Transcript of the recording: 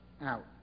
out